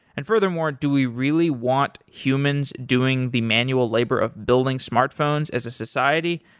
and furthermore, do we really want humans doing the manual labor of building smartphones as a society?